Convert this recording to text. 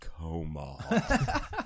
coma